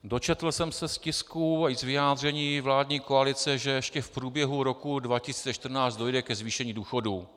Dočetl jsem se z tisku i z vyjádření vládní koalice, že ještě v průběhu roku 2014 dojde ke zvýšení důchodů.